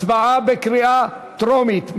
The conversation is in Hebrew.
הצבעה בקריאה טרומית.